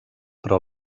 però